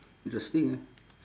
interesting ah